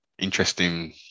Interesting